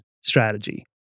strategy